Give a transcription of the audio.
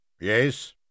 Yes